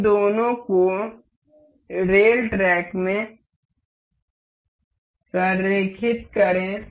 इन दोनों को rail track में संरेखित करें